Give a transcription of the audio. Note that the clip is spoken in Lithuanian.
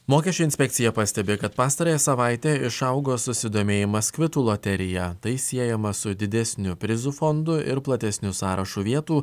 mokesčių inspekcija pastebi kad pastarąją savaitę išaugo susidomėjimas kvitų loterija tai siejama su didesniu prizų fondu ir platesniu sąrašu vietų